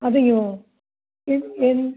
അതെയോ ഏഹ് എന്ത്